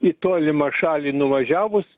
į tolimą šalį nuvažiavus